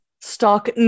Stock